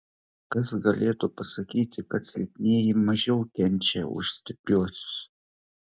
kas galėtų pasakyti kad silpnieji mažiau kenčia už stipriuosius